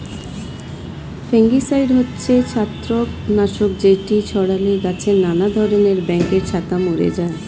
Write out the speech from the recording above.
fungicide হচ্ছে ছত্রাক নাশক যেটি ছড়ালে গাছে নানা ধরণের ব্যাঙের ছাতা মরে যায়